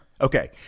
Okay